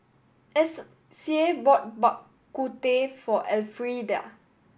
Sie bought Bak Kut Teh for Elfrieda